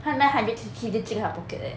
他 nine hundred 直接进他的 pocket leh